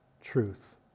truth